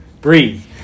Breathe